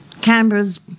Canberra's